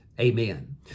Amen